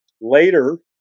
Later